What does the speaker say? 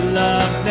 love